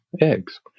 eggs